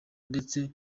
ndetse